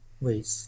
wait